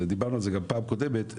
ודיברנו על זה גם בפעם הקודמת.